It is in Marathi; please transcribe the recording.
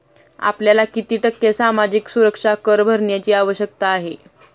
आपल्याला किती टक्के सामाजिक सुरक्षा कर भरण्याची आवश्यकता आहे?